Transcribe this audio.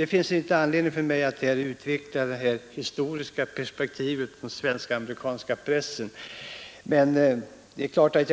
Det finns inte anledning för mig att här utveckla det historiska perspektivet på den svenskamerikanska pressen, men jag